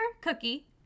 cookie